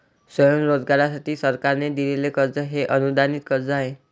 स्वयंरोजगारासाठी सरकारने दिलेले कर्ज हे अनुदानित कर्ज आहे